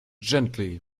gently